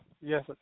Yes